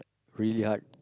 really hard